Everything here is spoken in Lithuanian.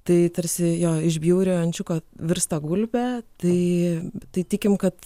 tai tarsi jo iš bjauriojo ančiuko virsta gulbe tai tai tikim kad